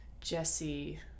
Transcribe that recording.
Jesse